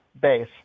base